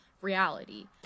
reality